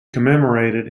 commemorated